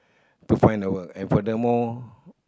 to find a work and furthermore